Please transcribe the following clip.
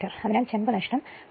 അതിനാൽ ചെമ്പ് നഷ്ടം 12